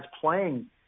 playing